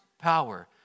power